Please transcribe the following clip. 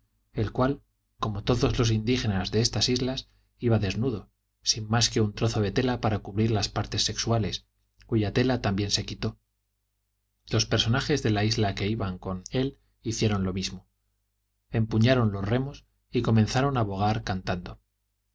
el cual como todos los indígenas de estas islas iba desnudo sin más que un trozo de tela para cubrir las partes sexuales cuya tela también se quitó los personajes de la isla que iban con él hicieron lo mismo empuñaron los remos y comenzaron a bogar cantando